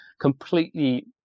completely